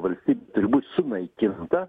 valstybė turi būt sunaikinta